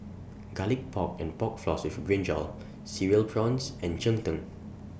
Garlic Pork and Pork Floss with Brinjal Cereal Prawns and Cheng Tng